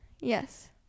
yes